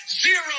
Zero